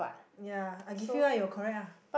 ya I give you ah you're correct ah